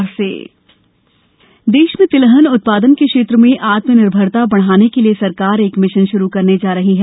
तोमर देश में तिलहन उत्पादन के क्षेत्र में आत्मनिर्भरता बढ़ाने के लिए सरकार एक मिशन शुरू करने जा रही है